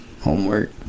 Homework